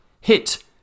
hit